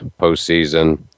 postseason